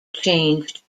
changed